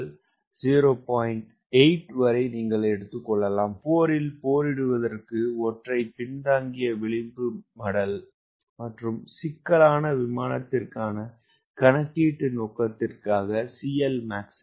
8 வரை நீங்கள் எடுத்துக்கொள்ளலாம் போரில் போரிடுவதற்கு ஒற்றை லீடிங் எட்ஜ் பிலாப்ஸ் மற்றும் சிக்கலான விமானத்திற்கான கணக்கீட்டு நோக்கத்திற்காக CLmax 1